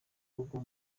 rugo